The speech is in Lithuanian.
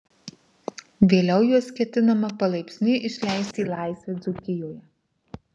vėliau juos ketinama palaipsniui išleisti į laisvę dzūkijoje